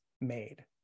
made